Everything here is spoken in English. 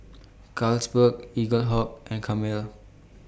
Carlsberg Eaglehawk and Camel